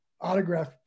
autograph